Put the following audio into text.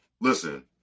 listen